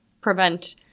prevent